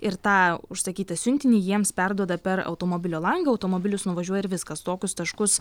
ir tą užsakytą siuntinį jiems perduoda per automobilio langą automobilis nuvažiuoja ir viskas tokius taškus